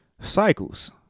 Cycles